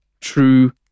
true